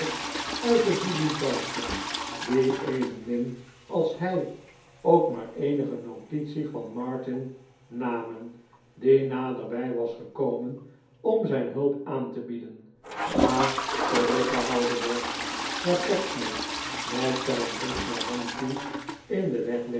uit de diligence die evenmin als hij ook maar eenige notitie van martin namen die naderbij was gekomen om zijn hulp aan te bieden maar teruggehouden werd daar pecksniff met zijn rug naar hem toe in den weg